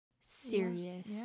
serious